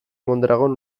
mondragon